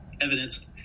evidence